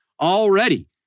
Already